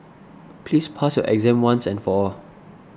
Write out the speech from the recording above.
please pass your exam once and for all